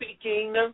speaking